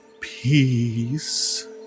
peace